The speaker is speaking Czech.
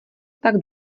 tak